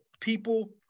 people